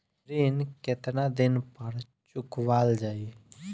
ऋण केतना दिन पर चुकवाल जाइ?